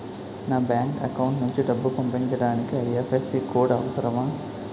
నా bank account నుంచి డబ్బు పంపించడానికి ఐ.ఎఫ్.ఎస్.సి కోడ్ అవసరమా?